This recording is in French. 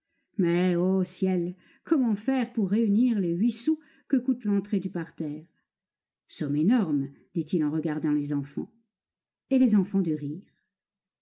mais ô ciel comment faire pour réunir les huit sous que coûte l'entrée du parterre somme énorme dit-il en regardant les enfants et les enfants de rire